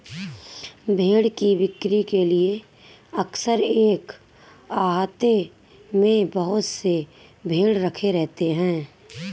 भेंड़ की बिक्री के लिए अक्सर एक आहते में बहुत से भेंड़ रखे रहते हैं